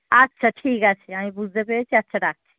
আচ্ছা ঠিক আছে আমি বুঝতে পেরেছি আচ্ছা রাখছি